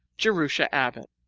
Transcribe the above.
jerusha abbott